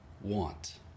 want